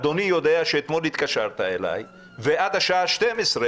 אדוני יודע שאתמול התקשרת אליי ועד השעה שתים-עשרה